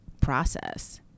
process